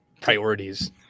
priorities